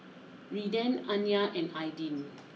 Redden Anya and Aydin